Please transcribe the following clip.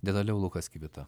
detaliau lukas kvita